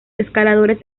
escaladores